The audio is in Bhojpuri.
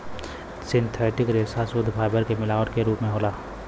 सिंथेटिक रेसा सुद्ध फाइबर के मिलावट क रूप होला